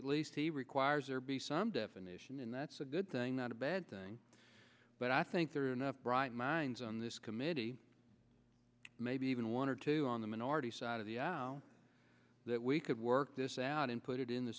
at least he requires there be some definition and that's a good thing not a bad thing but i think there are enough bright minds on this committee maybe even one or two on the minority side of the aisle that we could work this out in it in the